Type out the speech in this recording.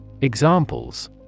Examples